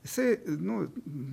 jisai nu